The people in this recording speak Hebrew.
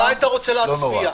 מתי אתה רוצה להצביע?